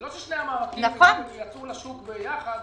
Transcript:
זה לא ששני המענקים יצאו לשוק ביחד.